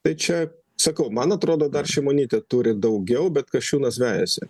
tai čia sakau man atrodo dar šimonytė turi daugiau bet kasčiūnas vejasi